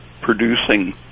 producing